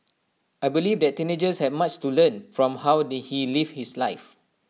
I believe that teenagers have much to learn from how did he live his life